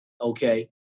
okay